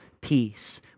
peace